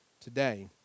today